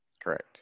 correct